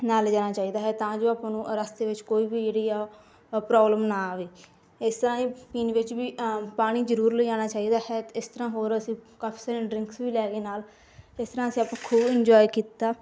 ਨਾਲ ਲਿਜਾਣਾ ਚਾਹੀਦਾ ਹੈ ਤਾਂ ਜੋ ਆਪਾਂ ਨੂੰ ਰਸਤੇ ਵਿੱਚ ਕੋਈ ਵੀ ਜਿਹੜੀ ਆ ਅ ਪ੍ਰੋਬਲਮ ਨਾ ਆਵੇ ਇਸ ਤਰ੍ਹਾਂ ਹੀ ਪੀਣ ਵਿੱਚ ਵੀ ਪਾਣੀ ਜ਼ਰੂਰ ਲਿਜਾਣਾ ਚਾਹੀਦਾ ਹੈ ਇਸ ਤਰ੍ਹਾਂ ਹੋਰ ਅਸੀਂ ਕਾਫੀ ਸਾਰੀਆਂ ਡਰਿੰਕਸ ਵੀ ਲੈ ਗਏ ਨਾਲ ਇਸ ਤਰ੍ਹਾਂ ਅਸੀਂ ਆਪਾਂ ਖੂਬ ਇੰਜੋਏ ਕੀਤਾ